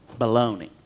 baloney